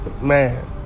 man